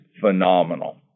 phenomenal